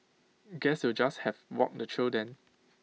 guess you'll just have walk the trail then